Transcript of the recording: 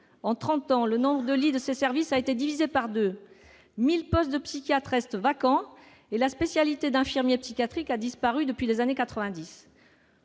En trente ans, le nombre de lits dans ces services a été divisé par deux. Mille postes de psychiatres restent vacants, et la spécialité d'infirmier psychiatrique a disparu depuis les années